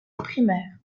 primaire